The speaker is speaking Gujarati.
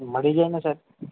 મળી જાય ને સાહેબ